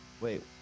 Wait